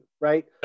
right